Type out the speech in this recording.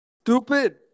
Stupid